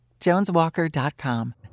JonesWalker.com